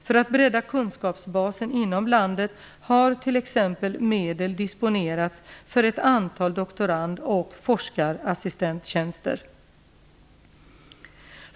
För att bredda kunskapsbasen inom landet har t.ex. medel disponerats för ett antal doktorand och forskarassistenttjänster.